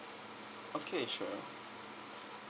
okay sure